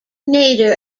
nader